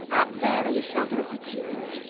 up there in the shelter of the trees,